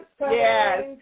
Yes